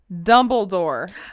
Dumbledore